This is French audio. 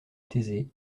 thésée